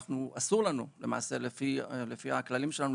אסור לנו למעשה לפי הכללים שלנו,